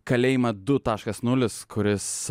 kalėjimą du taškas nulis kuris